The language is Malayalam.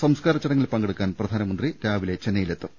സംസ്കാര ചടങ്ങിൽ പങ്കെടുക്കാൻ പ്രധാനമന്ത്രി രാവിലെ ചെന്നൈയിലെത്തും